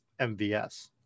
mvs